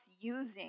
using